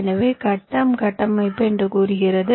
எனவே கட்டம் கட்டமைப்பு என்ன கூறுகிறது